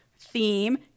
theme